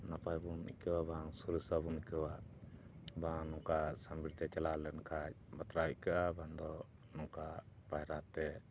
ᱱᱟᱯᱟᱭ ᱵᱚᱱ ᱟᱹᱭᱠᱟᱹᱣᱟ ᱵᱟᱝ ᱥᱚᱨᱮᱥᱟ ᱵᱚᱱ ᱟᱹᱭᱠᱟᱹᱣᱟ ᱵᱟᱝ ᱱᱚᱝᱠᱟ ᱥᱟᱸᱵᱤᱨ ᱛᱮ ᱪᱟᱞᱟᱣ ᱞᱮᱱᱠᱷᱟᱱ ᱵᱟᱛᱨᱟᱣ ᱟᱹᱭᱠᱟᱹᱜᱼᱟ ᱵᱟᱝ ᱫᱚ ᱱᱚᱝᱠᱟ ᱯᱟᱭᱨᱟ ᱛᱮ